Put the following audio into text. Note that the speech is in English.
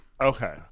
Okay